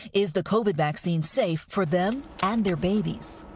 is the covid vaccine safe for them and their babies?